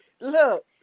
look